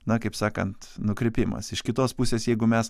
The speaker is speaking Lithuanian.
na kaip sakant nukrypimas iš kitos pusės jeigu mes